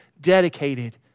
dedicated